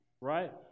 right